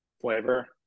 flavor